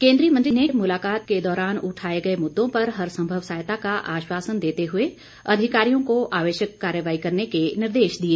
केन्द्रीय मंत्री ने मुलाकात के दौरान उठाए गए मुद्दों पर हर संभव सहायता का आश्वासन देते हुए अधिकारियों को आवश्यक कार्रवाई करने के निर्देश दिए